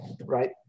right